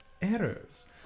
Errors